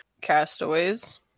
Castaways